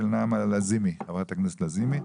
של חברת הכנסת נעמה לזימי.